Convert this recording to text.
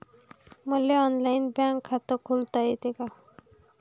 मले online bank खात खोलता येते का?